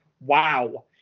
wow